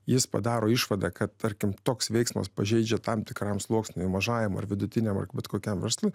jis padaro išvadą kad tarkim toks veiksmas pažeidžia tam tikram sluoksniui mažajam ar vidutiniam ar bet kokiam verslui